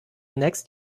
next